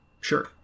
sure